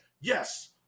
yes